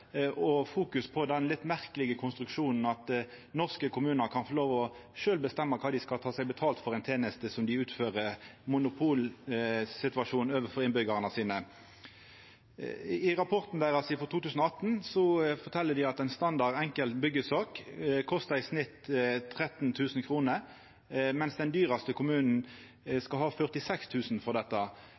på den litt merkelege konstruksjonen at norske kommunar kan få lov til sjølve å bestemma kva dei skal ta seg betalt for ei teneste dei i ein monopolsituasjon utfører for innbyggjarane sine. I rapporten deira frå 2018 fortel dei at ei standard enkel byggesak kostar i snitt 13 000 kr, mens den dyraste kommunen skal ha 46 000 kr for dette.